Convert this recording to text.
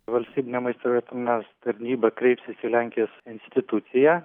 valstybinė maisto ir veterinarijos tarnyba kreipsis į lenkijos instituciją